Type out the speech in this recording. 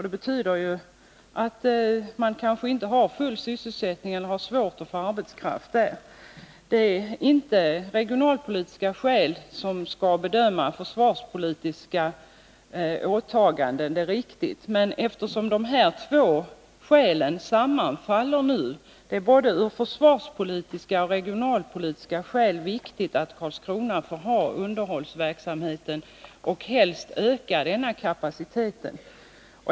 Det betyder väl att man där har svårt att få arbetskraft. Det är riktigt att inte regionalpolitiska skäl skall ligga till grund för försvarspolitiska åtaganden, men de här två sakerna sammanfaller ju. Det är av både försvarspolitiska och regionalpolitiska skäl viktigt att Karlskrona får ha kvar underhållsverksamheten och helst utöka kapaciteten.